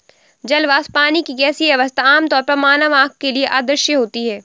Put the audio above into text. जल वाष्प, पानी की गैसीय अवस्था, आमतौर पर मानव आँख के लिए अदृश्य होती है